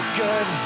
good